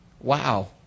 wow